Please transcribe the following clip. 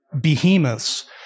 behemoths